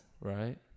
Right